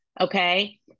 Okay